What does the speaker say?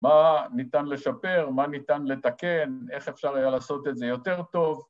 ‫מה ניתן לשפר, מה ניתן לתקן, ‫איך אפשר היה לעשות את זה יותר טוב.